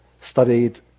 studied